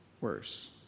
worse